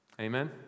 Amen